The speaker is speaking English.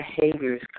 behaviors